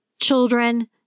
children